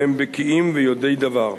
והם בקיאים ויודעי דבר.